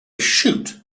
shoot